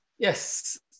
Yes